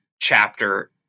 chapter